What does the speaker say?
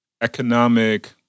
economic